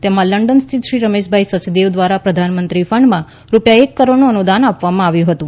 તેમાં લંડન સ્થિત શ્રી રમેશભાઈ સચદેવ દ્વારા પ્રધાનમંત્રી ફંડમાં રૂપિયા એક કરોડનું અનુદાન આપવામાં આવ્યું હતું